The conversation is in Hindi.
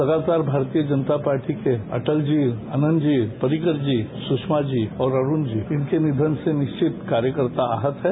लगातार भारतीय जनता पार्टी के अटल जी आनंद जी पर्रिकर जी सुषमा जी अरूण जी इनके निवन से निश्चित कार्यकर्ता आहत हैं